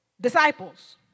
disciples